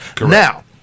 Now